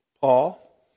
Paul